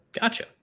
Gotcha